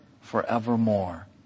forevermore